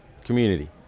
community